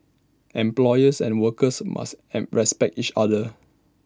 employers and workers must am respect each other